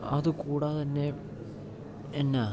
അത് കൂടാതെ തന്നെ എന്നാ